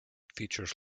features